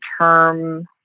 term